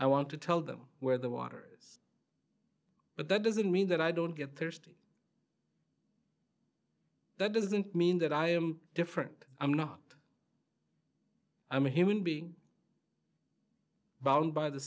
i want to tell them where the waters but that doesn't mean that i don't get thirsty that doesn't mean that i am different i'm not i'm a human being bound by the